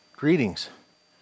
Greetings